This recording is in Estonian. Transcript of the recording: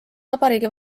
vabariigi